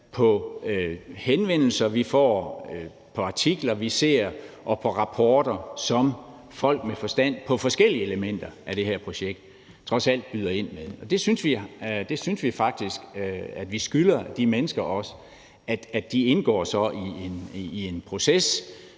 på henvendelser, vi får, og på artikler, vi ser, og på rapporter, som folk med forstand på forskellige elementer i det her projekt trods alt byder ind med. Det synes vi faktisk også at vi skylder de mennesker, altså at de så indgår i en proces,